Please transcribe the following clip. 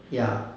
ya